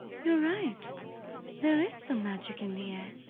you're right there is some magic in the air!